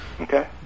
Okay